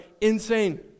insane